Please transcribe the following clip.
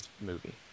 movie